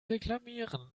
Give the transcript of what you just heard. reklamieren